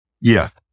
Yes